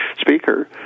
speaker